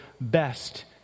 best